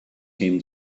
came